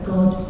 God